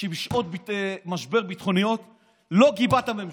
שבשעת משבר ביטחוני לא גיבה את הממשלה.